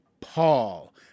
Paul